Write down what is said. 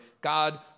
God